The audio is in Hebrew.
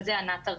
על זה ענת תרחיב.